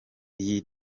iyi